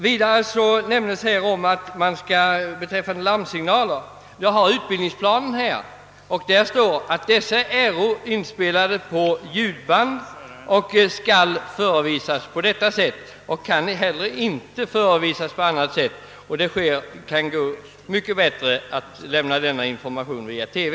Sedan har också larmsignalerna nämnts, och i den utbildningsplan som jag här har framför mig står det att de signalerna är inspelade på ljudband och skall demonstreras på det sättet — som ju också är det enda möjliga. Det kan också gå mycket bättre att lämna den informationen via TV.